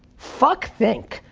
fuck think,